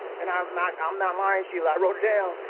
and i'm not um not lying sheila i wrote it down.